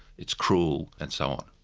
it's cruel, and so on.